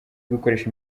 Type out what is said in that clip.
gukoresha